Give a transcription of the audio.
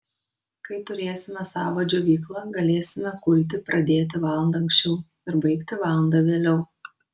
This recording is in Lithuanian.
kai turėsime savą džiovyklą galėsime kulti pradėti valanda anksčiau ir baigti valanda vėliau